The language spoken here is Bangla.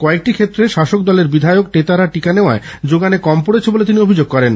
কয়েকটি ক্ষেত্রে শাসক দলের বিধায়ক নেতারা টিকা নেওয়ায় জোগানে কম পরেছে বলে তিনি অভিযোগ করেন